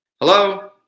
Hello